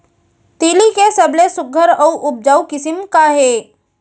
तिलि के सबले सुघ्घर अऊ उपजाऊ किसिम का हे?